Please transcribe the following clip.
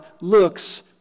looks